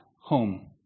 home